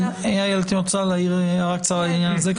איילת, את רוצה להעיר הערה קצרה לעניין זה?